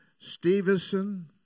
Stevenson